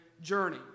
journey